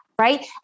right